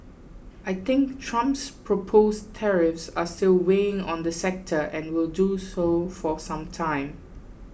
I think Trump's proposed tariffs are still weighing on the sector and will do so for some time